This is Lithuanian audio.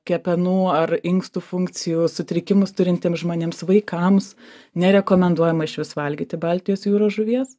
kepenų ar inkstų funkcijų sutrikimus turintiem žmonėms vaikams nerekomenduojama išvis valgyti baltijos jūros žuvies